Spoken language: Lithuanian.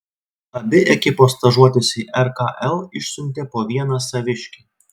abi ekipos stažuotis į rkl išsiuntė po vieną saviškį